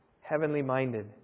heavenly-minded